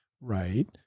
Right